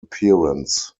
appearance